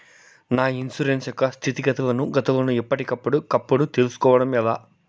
నా ఇన్సూరెన్సు యొక్క స్థితిగతులను గతులను ఎప్పటికప్పుడు కప్పుడు తెలుస్కోవడం ఎలా?